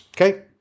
Okay